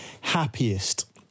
happiest